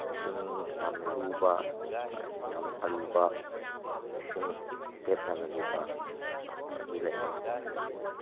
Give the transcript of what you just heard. ꯏꯁꯤꯡ ꯌꯥꯝꯅ ꯂꯨꯕ ꯌꯥꯝ ꯑꯔꯨꯕ ꯏꯁꯤꯡ ꯗꯦꯞ ꯌꯥꯝꯅ ꯂꯨꯕ ꯑꯗꯨ ꯂꯩꯔꯦ ꯑꯗꯒꯤ